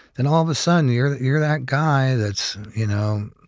then all of a sudden you're that you're that guy that's, you know,